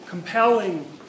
compelling